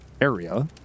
area